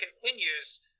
continues